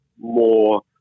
more